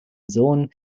sohn